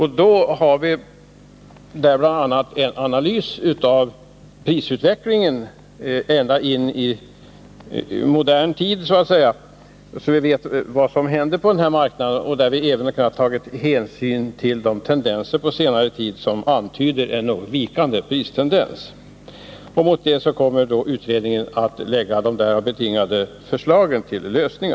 I det kommer bl.a. att lämnas en analys av prisutvecklingen ända in i senaste tid, så att vi vet vad som händer på marknaden. I det sammanhanget kan vi även ta hänsyn till de tendenser till en vikande prisutveckling som förekommit på senare tid. Utredningen kommer också att lägga fram sina förslag mot denna bakgrund.